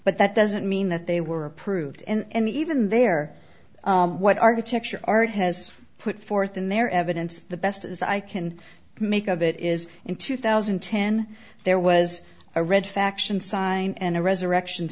but that doesn't mean that they were approved and even there what architecture art has put forth in their evidence the best as i can make of it is in two thousand and ten there was a red faction sign and a resurrection